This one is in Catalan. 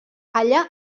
allà